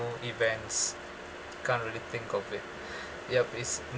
events I can't really think of it yup it's